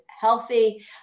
healthy